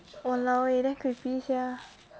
!walao! eh damn creepy [sial]